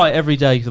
like every day